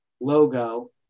logo